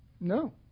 No